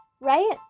Right